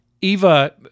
Eva